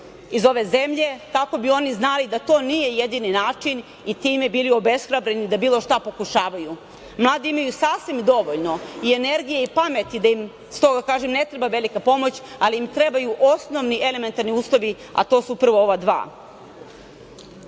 iz ove zemlje, kako bi oni znali da to nije jedini način i time bili obeshrabreni da bilo šta pokušavaju. Mladi imaju sasvim dovoljno i energije i pameti da im, stoga kažem, ne treba velika pomoć, ali im trebaju osnovni elementarni uslovi, a to su prvo ova dva. Što